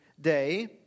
day